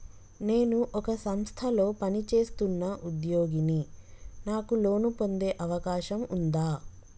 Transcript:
నేను ఒక సంస్థలో పనిచేస్తున్న ఉద్యోగిని నాకు లోను పొందే అవకాశం ఉందా?